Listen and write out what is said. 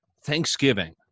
Thanksgiving